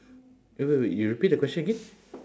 wait wait wait you repeat the question again